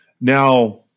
Now